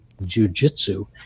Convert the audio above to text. jujitsu